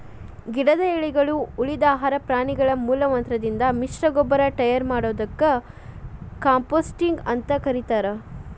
ಗಿಡದ ಎಲಿಗಳು, ಉಳಿದ ಆಹಾರ ಪ್ರಾಣಿಗಳ ಮಲಮೂತ್ರದಿಂದ ಮಿಶ್ರಗೊಬ್ಬರ ಟಯರ್ ಮಾಡೋದಕ್ಕ ಕಾಂಪೋಸ್ಟಿಂಗ್ ಅಂತ ಕರೇತಾರ